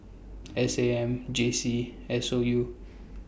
S A M J C S O U